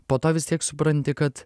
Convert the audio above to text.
po to vis tiek supranti kad